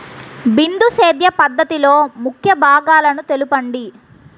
బిందు సేద్య పద్ధతిలో ముఖ్య భాగాలను తెలుపండి?